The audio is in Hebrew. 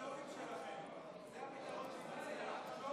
הג'ובים שלכם זה הפתרון שאתה מציג.